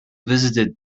visited